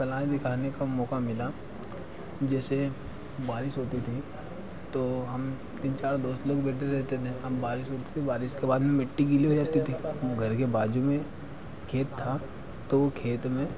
कलाएं दिखाने का मोक़ा मिला जैसे बारिश होती थी तो हम तीन चार दोस्त लोग बैठे रहते थे हम बारिश रुकती बारिश के बाद में मिट्टी गीली हो जाती थी हम घर के बाज़ू में खेत था तो वह खेत में